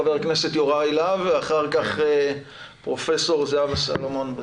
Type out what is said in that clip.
חבר הכנסת יוראי להב ואחר כך פרופ' זהבה סולומון.